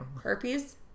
Herpes